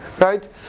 right